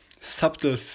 subtle